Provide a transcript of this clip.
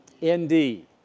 indeed